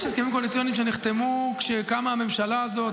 יש הסכמים קואליציוניים שנחתמו כשקמה הממשלה הזאת.